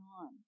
on